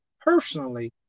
personally